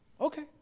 Okay